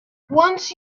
once